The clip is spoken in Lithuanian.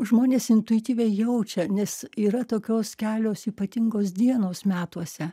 žmonės intuityviai jaučia nes yra tokios kelios ypatingos dienos metuose